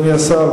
אדוני השר,